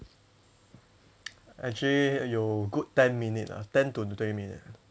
actually 有 good ten minute ah ten to twenty minute